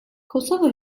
kosova